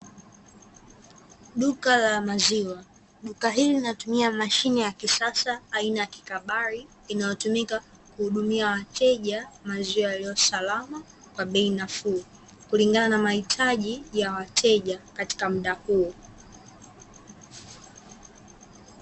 Duka la maziwa, duka hili linatumia mashine ya kisasa aina ya kikabali, inayotumika kuhudumia wateja maziwa yaliyo salama, kwa bei nafuu kulingana na mahitaji ya wateja kwa muda huo.